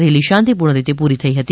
rally શાંતિપૂર્ણ રીતે પૂરી થયી હતી